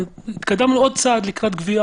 והתקדמנו עוד צעד לקראת גבייה